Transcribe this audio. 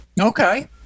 Okay